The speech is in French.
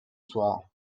soir